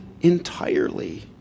entirely